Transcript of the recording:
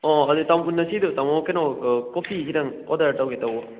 ꯑꯣ ꯍꯧꯖꯤꯛ ꯉꯁꯤꯗꯣ ꯇꯥꯃꯣ ꯀꯩꯅꯣ ꯀꯣꯐꯤ ꯈꯤꯇꯪ ꯑꯣꯔꯗꯔ ꯇꯧꯒꯦ ꯇꯧꯕ